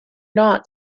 not